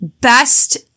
best